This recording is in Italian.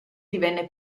divenne